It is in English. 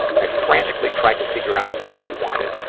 i frantically tried to figure out what she wanted,